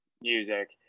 music